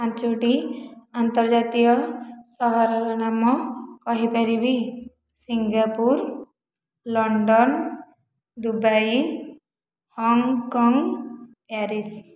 ପଞ୍ଚୋଟି ଅନ୍ତର୍ଜାତୀୟ ସହରର ନାମ କହିପାରିବି Singapore London Dubai Hong Kong Paris